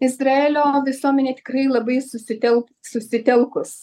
izraelio visuomenė tikrai labai susitelk susitelkus